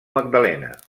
magdalena